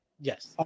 Yes